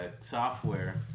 software